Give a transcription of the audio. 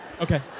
Okay